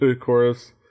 chorus